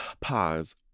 pause